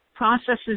Processes